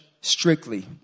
strictly